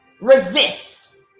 resist